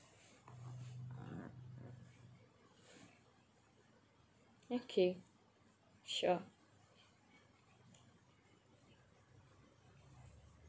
okay sure